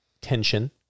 tension